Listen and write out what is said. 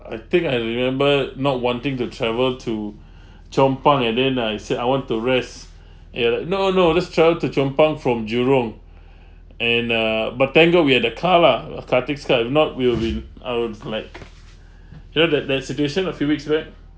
I think I remember not wanting to travel to chong pang and then I said I want to rest and no no let's travel to chong pang from jurong and uh but thank god we had the car lah acoustic car if not we'll been I would like you know that that situation a few weeks back